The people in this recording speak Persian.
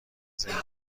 زنده